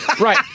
Right